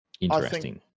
interesting